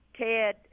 Ted